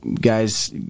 guys